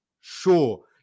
sure